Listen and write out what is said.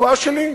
התנועה שלי,